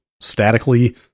statically